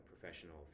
professional